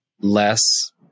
less